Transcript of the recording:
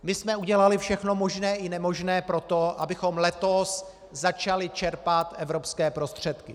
My jsme udělali všechno možné i nemožné pro to, abychom letos začali čerpat evropské prostředky.